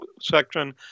section